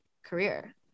career